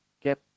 get